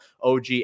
OG